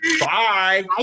Bye